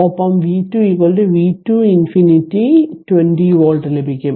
ഒപ്പം v2 v2 infinity 20 volt ലഭിക്കും